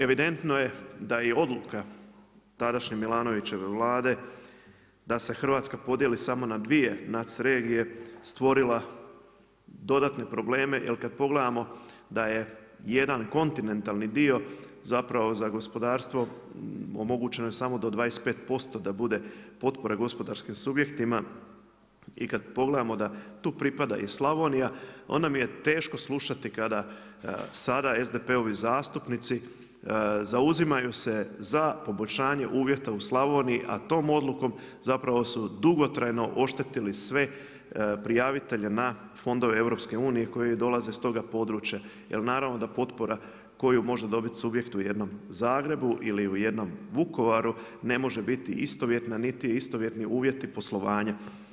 Evidentno je da je odluka tadašnje MIlanovićeve vlade da se Hrvatska podijeli samo na dvije NUC regije stvorila dodatne probleme jel kada pogledamo da je jedan kontinentalni dio za gospodarstvo omogućeno je samo do 25% da bude potpora gospodarskim subjektima i kada pogledamo da tu pripada i Slavonija onda mi je teško slušati kada sada SDP-ovi zastupnici zauzimaju se za poboljšanje uvjeta u Slavoniji, a tom odlukom su dugotrajno oštetili sve prijavitelje na fondove EU koji dolaze s toga područja jer naravno da potpora koju može dobiti subjekt u jednom Zagrebu ili u jednom Vukovaru ne može biti istovjetna niti istovjetni uvjeti poslovanja.